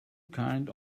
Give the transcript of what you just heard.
kind